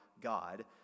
God